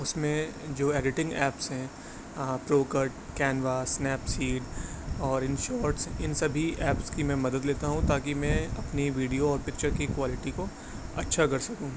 اس میں جو editing apps ہیں پرو کٹ کینوا اسنیپسیڈ اور انشاٹس ان سبھی ایپس کی میں مدد لیتا ہوں تاکہ میں اپنی ویڈیو اور پکچر کی کوالٹی کو اچھا کر سکوں